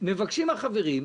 מבקשים החברים: